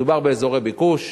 מדובר באזורי ביקוש,